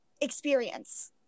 experience